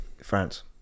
france